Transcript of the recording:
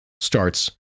starts